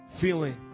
feeling